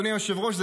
אדוני היושב-ראש,